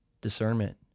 discernment